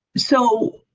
so,